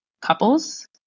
couples